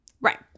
Right